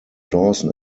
dawson